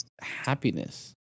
happiness